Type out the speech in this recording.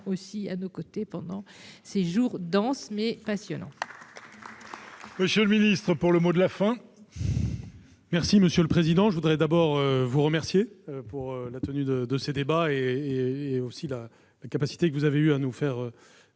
à nos côtés pendant ces jours denses, mais passionnants.